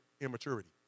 immaturity